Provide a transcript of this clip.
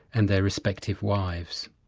and their respective wives.